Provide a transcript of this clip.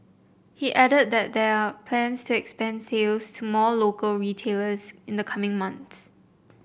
he added that there are plans to expand sales to more local retailers in the coming months